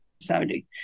saudi